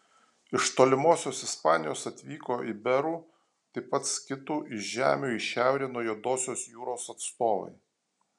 iš tolimosios ispanijos atvyko iberų taip pat skitų iš žemių į šiaurę nuo juodosios jūros atstovai